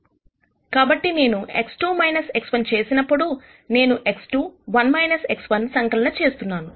కాబట్టి నేను X2 X1 చేసినప్పుడు నేను X2 1 X1 సంకలన చేస్తున్నాను